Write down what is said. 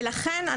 ולכן,